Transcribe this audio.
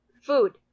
food